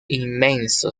inmenso